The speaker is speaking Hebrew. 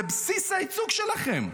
זה בסיס הייצוג שלכם.